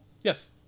Yes